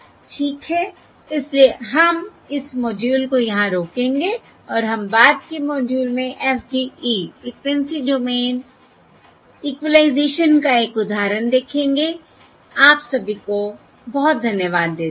ठीक है इसलिए हम इस मॉड्यूल को यहाँ रोकेंगे और हम बाद के मॉड्यूल में FDE फ़्रिक्वेंसी डोमेन इक्विलाइज़ेशन का एक उदाहरण देखेंगे आप सभी को बहुत धन्यवाद देते हैं